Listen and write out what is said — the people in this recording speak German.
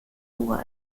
nur